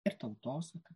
ir tautosaka